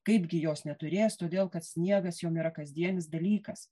kaipgi jos neturės todėl kad sniegas jom yra kasdienis dalykas